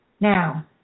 Now